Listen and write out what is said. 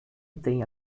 tenha